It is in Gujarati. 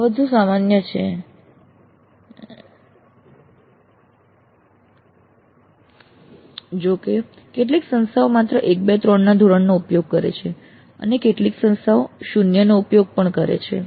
આ વધુ સામાન્ય છે જો કે કેટલીક સંસ્થાઓ માત્ર 1 2 3 ના ધોરણનો ઉપયોગ કરે છે અને કેટલીક સંસ્થાઓ 0 નો ઉપયોગ પણ કરે છે